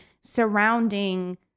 surrounding